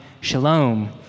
shalom